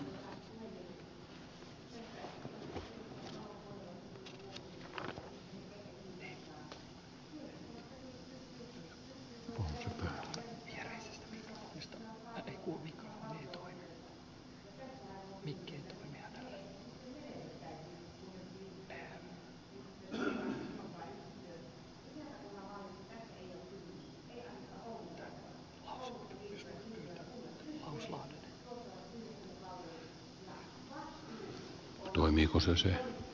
päinvastoin jokainen kunta voi vaikuttaa tasavertaisesti